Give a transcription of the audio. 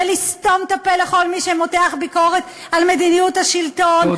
בלסתום את הפה לכל מי שמותח ביקורת על מדיניות השלטון,